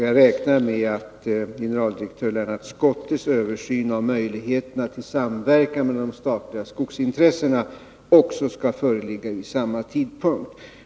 Jag räknar med att generaldirektör Lennart Schottes översyn av möjligheterna till samverkan mellan de statliga skogsintressena också skall föreligga vid samma tidpunkt.